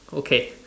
okay